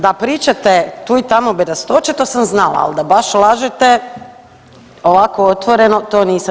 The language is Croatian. Da pričate tu i tamo bedastoće to sam znala, ali da baš lažete ovako otvoreno to nisam.